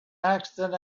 accident